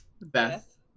Beth